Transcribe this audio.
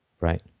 right